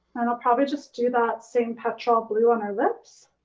and i'll probably just do that same petrol blue on her lips.